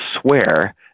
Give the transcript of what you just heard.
swear